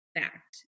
fact